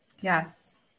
Yes